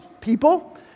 people